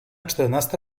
czternasta